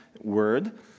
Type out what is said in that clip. word